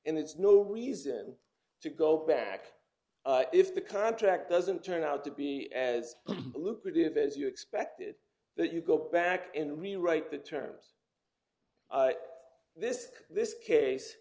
and it's no reason to go back if the contract doesn't turn out to be as lucrative as you expected that you go back and rewrite the terms this this case